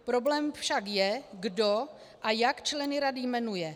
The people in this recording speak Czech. Problém však je, kdo a jak členy rady jmenuje.